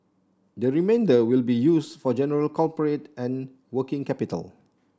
the remainder will be used for general corporate and working capital